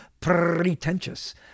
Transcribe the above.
pretentious